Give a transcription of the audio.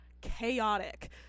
chaotic